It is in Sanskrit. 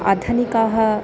अधनिकः